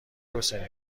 حسینی